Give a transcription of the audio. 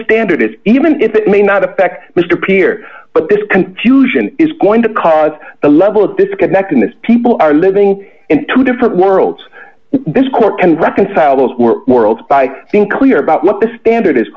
standard is even if it may not affect mr peer but this confusion is going to cause a level of disconnect in this people are living in two different worlds this court can reconcile those were morals by being clear about what the standard is